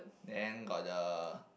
then got the